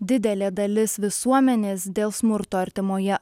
didelė dalis visuomenės dėl smurto artimoje